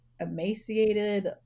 emaciated